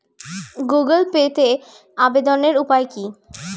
Google পেতে আবেদনের উপায় কি?